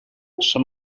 som